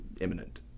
imminent